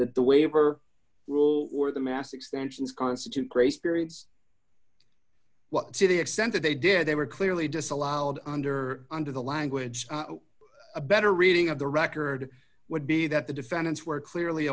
that the waiver rules or the mass extensions constitute grace periods well city accent that they did they were clearly disallowed under under the language a better reading of the record would be that the defendants were clearly